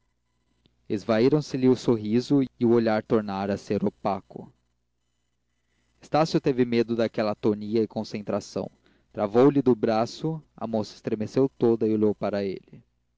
moça esvaíra se lhe o sorriso e o olhar tornara a ser opaco estácio teve medo daquela atonia e concentração travou-lhe do braço a moça estremeceu toda e olhou para ele